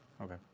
Okay